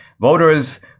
voters